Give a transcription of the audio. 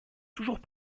toujours